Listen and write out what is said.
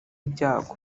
ibyago